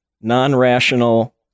non-rational